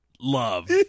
love